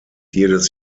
jedes